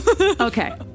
Okay